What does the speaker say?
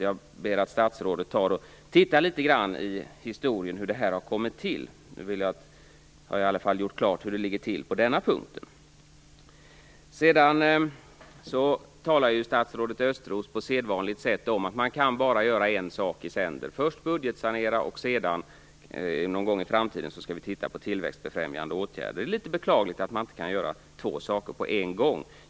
Jag ber statrådet läsa litet grand i historien om hur detta har kommit till. Jag har i alla fall gjort klart hur det ligger till på denna punkt. Statsrådet Östros talade på sedvanligt sätt om att man bara kan göra en sak i sänder. Först budgetsanera, sedan titta på tillväxtbefrämjande åtgärder någon gång i framtiden. Det är litet beklagligt att man inte kan göra två saker på en gång.